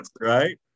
right